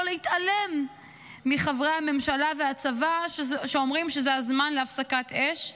להתעלם מחברי הממשלה ומהצבא שאומרים שזה הזמן להפסקת אש,